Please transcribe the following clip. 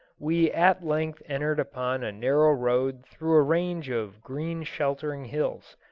we at length entered upon a narrow road through a range of green sheltering hills,